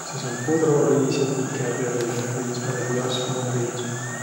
A sis um pudroriis ja pikäteräline riis, määnegi jasmiiniriis um viil.